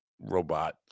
robot